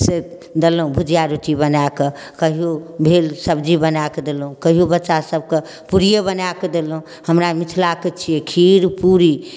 से देलहुॅं भुजिया रोटी बनाकऽ कहियो भेल सब्जी बनाकऽ देलौं कहियो बच्चा सबकेॅं पुरिये बना कऽ देलहुॅं हमरा मिथिला के छियै खीर पूरी